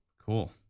Cool